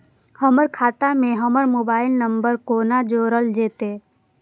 हमर खाता मे हमर मोबाइल नम्बर कोना जोरल जेतै?